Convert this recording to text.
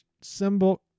symbol